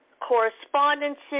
correspondences